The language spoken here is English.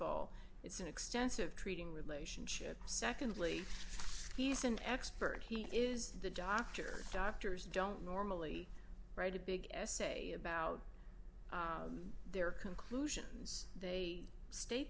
all it's an extensive treating relationship secondly he's an expert he is the doctor doctors don't normally write a big essay about their conclusions they state